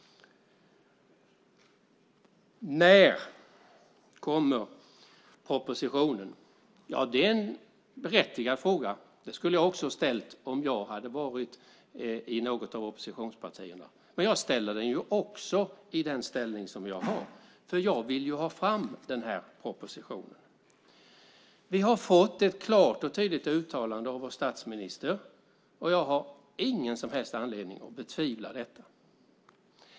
När kommer propositionen? Det är en berättigad fråga. Den skulle också jag ha ställt om jag var i något av oppositionspartierna. Men jag ställer den också i den ställning jag har. Jag vill också få fram propositionen. Vi har fått ett klart och tydligt uttalande av vår statsminister. Jag har ingen som helst anledning att betvivla det.